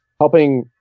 helping